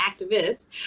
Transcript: activists